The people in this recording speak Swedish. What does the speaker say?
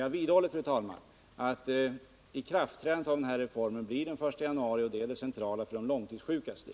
Men jag vidhåller, fru talman, att ikraftträdandet av den här reformen kommer att ske den 1 januari och att detta är det centrala för de långtidssjukas del.